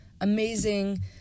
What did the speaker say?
amazing